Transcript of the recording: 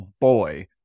boy